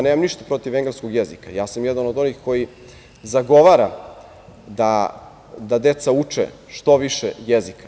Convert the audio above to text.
Nemam ništa protiv engleskog jezika, jedan sam od onih koji zagovara da deca uče što više jezika.